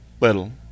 little